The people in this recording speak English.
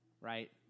Right